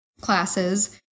classes